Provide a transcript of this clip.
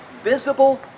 visible